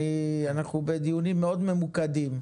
אנחנו בדיונים מאוד ממוקדים.